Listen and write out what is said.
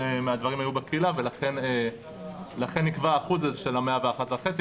הקיימת מדברת לפי הסכום הגבוה מבניהם - או הסכום שאינו שנוי במחלוקת,